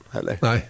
Nej